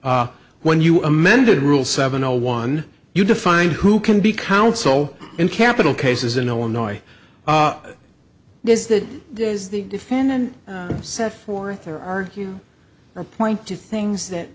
when you amended rule seven zero one you define who can be counsel in capital cases in illinois is that is the defendant set forth or are you point to things that